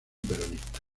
peronista